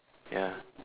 ya